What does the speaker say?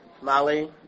Molly